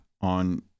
on